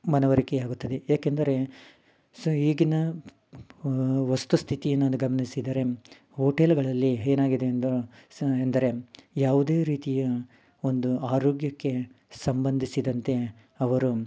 ಮನವರಿಕೆಯಾಗುತ್ತದೆ ಏಕೆಂದರೆ ಸೊ ಈಗಿನ ವಸ್ತು ಸ್ಥಿತಿಯನ್ನು ಗಮನಿಸಿದರೆ ಹೋಟೆಲುಗಳಲ್ಲಿ ಏನಾಗಿದೆ ಎಂದ್ರೆ ಸೊ ಎಂದರೆ ಯಾವುದೇ ರೀತಿಯ ಒಂದು ಆರೋಗ್ಯಕ್ಕೆ ಸಂಬಂಧಿಸಿದಂತೆ ಅವರು